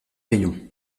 rayon